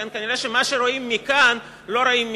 כן, כנראה מה שרואים מכאן לא רואים משם.